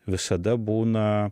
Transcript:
visada būna